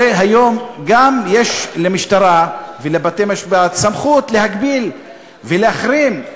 הרי היום יש למשטרה ולבתי-משפט גם סמכות להגביל ולהחרים.